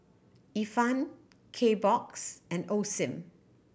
Ifan Kbox and Osim